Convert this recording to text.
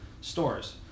stores